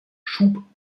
schub